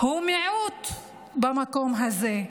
הוא מיעוט במקום הזה,